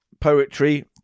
poetry